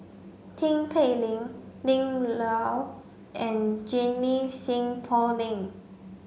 Tin Pei Ling Lim Yau and Junie Sng Poh Leng